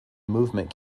movement